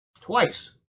twice